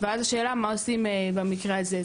אז השאלה היא מה עושים במקרה הזה.